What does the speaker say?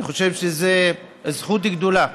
אני חושב שזו זכות גדולה